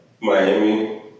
Miami